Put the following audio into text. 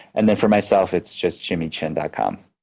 and then for myself, it's just jimmychin dot com.